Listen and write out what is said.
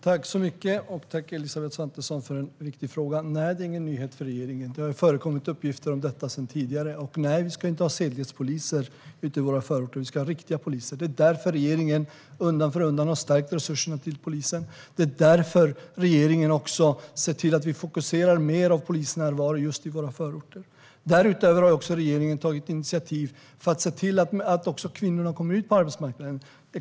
Fru talman! Tack, Elisabeth Svantesson, för en viktig fråga! Nej, det är ingen nyhet för regeringen. Det har förekommit uppgifter om detta sedan tidigare. Nej, vi ska inte ha sedlighetspoliser i våra förorter. Vi ska ha riktiga poliser. Det är därför regeringen undan för undan har stärkt resurserna till polisen. Det är därför regeringen också ser till att vi fokuserar på mer av polisnärvaro just i våra förorter. Därutöver har regeringen tagit initiativ för att se till att kvinnorna kommer ut på arbetsmarknaden.